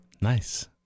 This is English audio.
Nice